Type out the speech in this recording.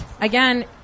again